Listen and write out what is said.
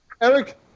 Eric